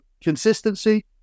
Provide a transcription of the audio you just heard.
consistency